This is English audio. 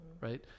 right